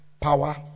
power